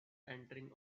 entering